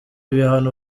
ibihano